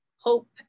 hope